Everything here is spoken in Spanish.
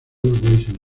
racing